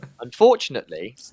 Unfortunately